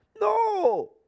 No